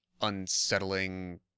unsettling